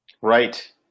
Right